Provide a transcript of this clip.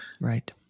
Right